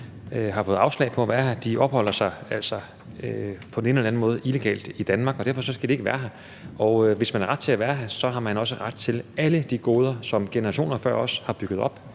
har fået afslag på at være her. De opholder sig altså på den ene eller anden måde illegalt her i Danmark, og derfor skal de ikke være her. Hvis man har ret til at være her, har man også ret til alle de goder, som generationer før os har bygget op,